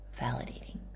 validating